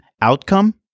outcome